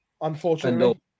unfortunately